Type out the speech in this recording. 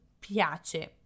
Piace